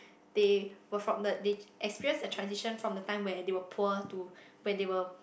they were from the they experienced the transition from the time where they were poor to where they were